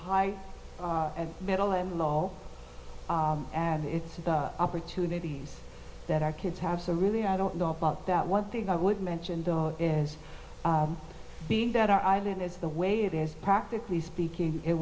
high and middle and low and it's the opportunities that our kids have so really i don't know about that one thing i would mention though is being that our island is the way it is practically speaking it